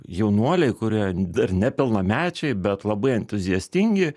jaunuoliai kurie dar nepilnamečiai bet labai entuziastingi